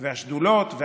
והשדולות.